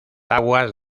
aguas